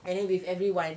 and then with everyone